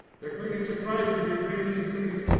they're claiming surprise because you're bringing in somebody's.